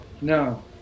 No